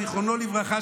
זיכרונו לברכה,